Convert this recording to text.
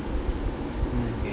mm